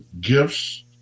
gifts